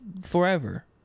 forever